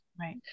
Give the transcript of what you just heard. Right